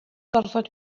gorfod